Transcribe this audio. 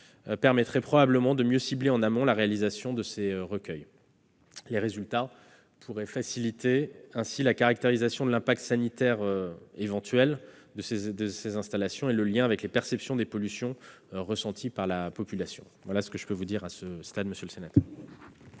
permettrait probablement de mieux cibler en amont la réalisation de ces recueils. Les résultats pourraient faciliter ainsi la caractérisation de l'impact sanitaire éventuel de ces installations et le lien avec les perceptions des pollutions ressenties par la population. La parole est à M. Christophe Priou, pour répondre